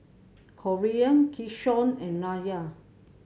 Corean Keyshawn and Nyla